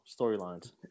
storylines